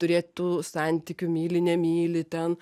turėt tų santykių myli nemyli ten